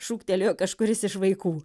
šūktelėjo kažkuris iš vaikų